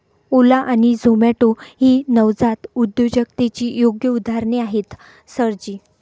ओला आणि झोमाटो ही नवजात उद्योजकतेची योग्य उदाहरणे आहेत सर जी